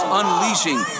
unleashing